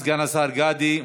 סגן השר גדי,